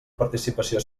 participació